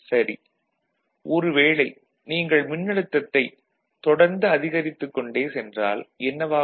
சரி ஒரு வேளை நீங்கள் மின்னழுத்தத்தைத் தொடர்ந்து அதிகரித்துக் கொண்டே சென்றால் என்னவாகும்